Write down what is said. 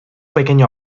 pequeño